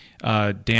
Dan